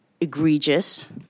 egregious